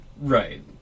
Right